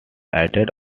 added